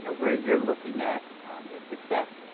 yeah where you are looking at the success